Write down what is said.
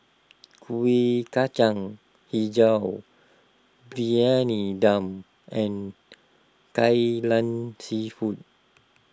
Kuih Kacang HiJau Briyani Dum and Kai Lan Seafood